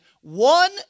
One